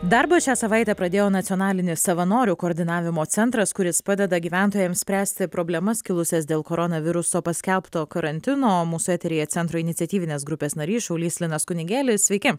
darbą šią savaitę pradėjo nacionalinis savanorių koordinavimo centras kuris padeda gyventojams spręsti problemas kilusias dėl koronaviruso paskelbto karantino mūsų eteryje centro iniciatyvinės grupės narys šaulys linas kunigėlis sveiki